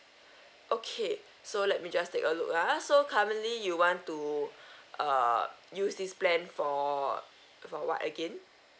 okay so let me just take a look ah so currently you want to err use this plan for for what again